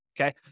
okay